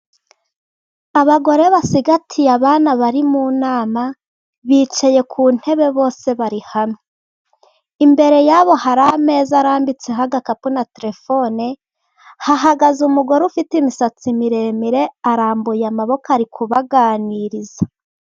Abagore basigatiye abana bari mu nama bicaye ku ntebe bose bari hamwe. Imbere yabo hari ameza arambitseho agakapu na telefone. Hahagaze umugore ufite imisatsi miremire, arambuye amaboko ari kubaganiriza.